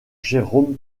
jérôme